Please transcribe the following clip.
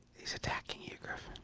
he's attacking you, griffin.